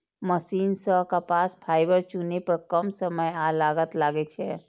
machine सं कपास fibre चुनै पर कम समय आ लागत लागै छै